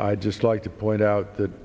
i'd just like to point out that